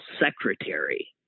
secretary